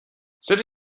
set